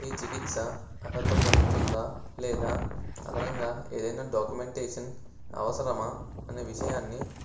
ఈ చికిత్స అర్హత పొందుతుందా లేదా అదనంగా ఏదైనా డాక్యుమెంటేషన్ అవసరమా అనే విషయాన్ని